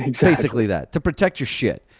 ah basically that, to protect your shit.